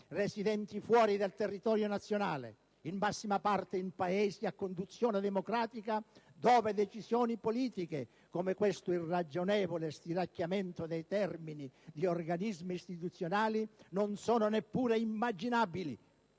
residenti al di fuori del territorio nazionale, in massima parte in Paesi a conduzione democratica, dove decisioni politiche, come questo irragionevole stiracchiamento dei termini di organismi istituzionali non sono neppure immaginabili.